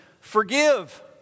Forgive